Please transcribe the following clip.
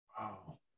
Wow